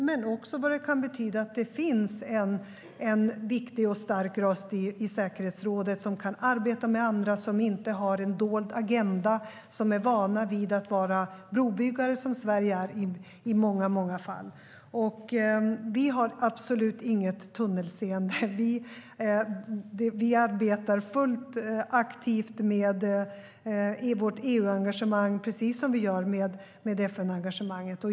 Men vi vet också vad det kan betyda att det finns en viktig och stark röst i säkerhetsrådet som kan arbeta med andra, som inte har en dold agenda och som är van vid att vara brobyggare, som Sverige är i många fall. Vi har absolut inget tunnelseende. Vi arbetar aktivt med vårt EU-engagemang, precis som vi gör med FN-engagemanget.